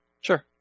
Sure